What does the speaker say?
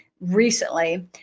recently